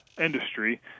industry